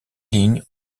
lignes